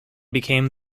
became